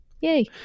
Yay